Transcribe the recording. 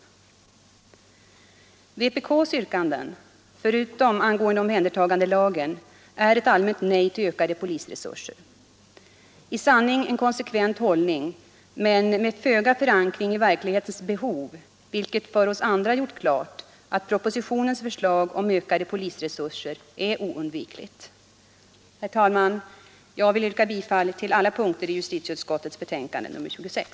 Vänsterpartiet kommunisternas yrkanden — förutom angående omhändertagandelagen — är ett allmänt nej till ökade polisresurser. Det är i sanning en konsekvent hållning, men med föga förankring i verklighetens behov, vilket för oss andra gjort klart att propositionens förslag om ökade polisresurser är oundvikligt. Herr talman! Jag vill yrka bifall till alla punkter i justitieutskottets hemställan i betänkande nr 26.